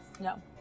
No